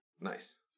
Nice